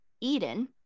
eden